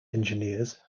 engineers